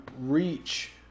reach